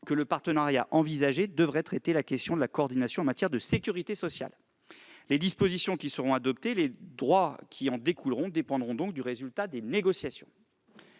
-que « le partenariat envisagé devrait traiter la question de la coordination en matière de sécurité sociale ». Les dispositions qui seront adoptées et les droits qui en découleront dépendront donc du résultat des négociations.